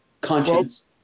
conscience